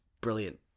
brilliant